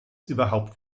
überhaupt